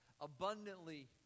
abundantly